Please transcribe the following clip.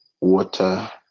water